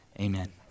amen